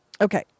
okay